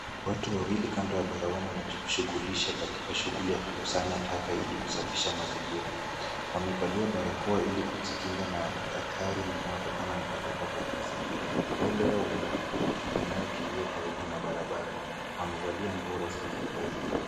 Watu wawili kando ya barabara wanajikushughulisha katika shughuli ya kukusanya taka ili kusafisha mazingira. Wamevalia barakoa ili kujikinga na hatari inayotokana na takataka hizi. Mbele yao kuna pikipiki inayokimbia karibu na barabara. Wamevalia nguo rasmi ya kazi.